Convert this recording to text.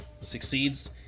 succeeds